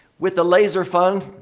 with the laser fund,